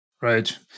right